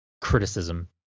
criticism